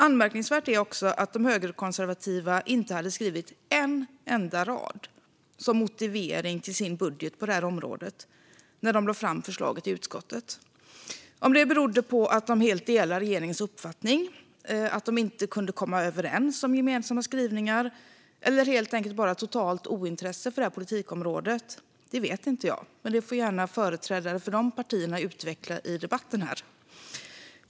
Anmärkningsvärt är att de högerkonservativa inte hade skrivit en enda rad som motivering till sin budget på det här området när de lade fram förslaget i utskottet. Om det berodde på att de helt delar regeringens uppfattning, att de inte kunde komma överens om gemensamma skrivningar eller helt enkelt bara totalt ointresse för politikområdet vet jag inte, men det gärna får företrädare för de partierna utveckla i debatten.